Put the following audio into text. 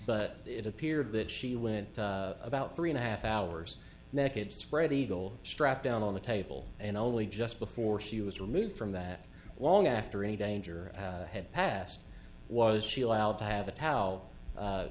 but it appeared that she went about three and a half hours naked spread eagle strapped down on the table and only just before she was removed from that long after any danger had passed was she allowed to have